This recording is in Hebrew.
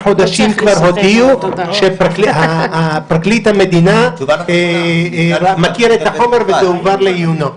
הודיעו שפרקליט המדינה מכיר את החומר וזה הועבר לעיונו.